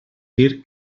dir